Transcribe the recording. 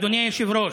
אדוני היושב-ראש,